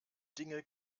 dinge